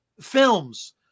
films